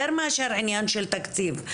יותר מאשר עניין של תקציב.